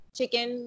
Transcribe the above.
chicken